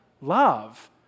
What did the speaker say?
love